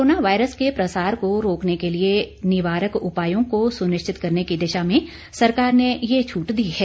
corona virus के प्रसार को रोकने के लिए निवारक उपायों को सुनिश्चित करने की दिशा में सरकार ने यह छूट दी है